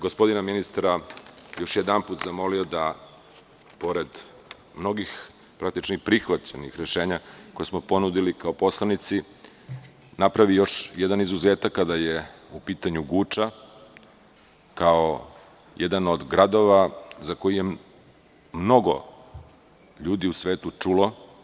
Gospodina ministra bih još jedanput zamolio da pored mnogih praktičnih prihvaćenih rešenja koje smo ponudili kao poslanici, napravi još jedan izuzetak kada je u pitanju Guča, kao jedan od gradova za koji je mnogo ljudi u svetu čulo.